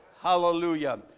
Hallelujah